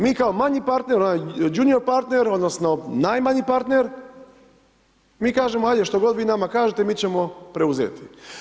Mi kao manji partner onaj junior partner odnosno najmanji partner mi kažemo hajde, što god vi nama kažete mi ćemo preuzeti.